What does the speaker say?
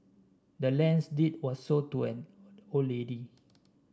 the land's deed was sold to an old lady